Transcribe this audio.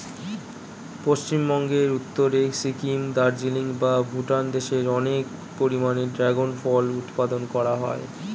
পশ্চিমবঙ্গের উত্তরে সিকিম, দার্জিলিং বা ভুটান দেশে অনেক পরিমাণে ড্রাগন ফল উৎপাদন করা হয়